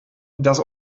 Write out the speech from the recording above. das